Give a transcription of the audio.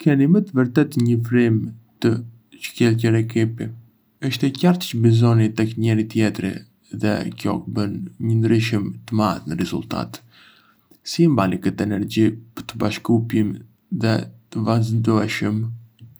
Keni me të vërtetë një frymë të shkëlqyer ekipi... është e qartë çë besoni tek njëri-tjetri dhe kjo bën një ndryshim të madh në rezultate. Si e mbani këtë energji dhe bashkëpunim të vazhdueshëm?